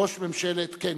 ראש ממשלת קניה,